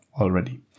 already